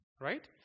right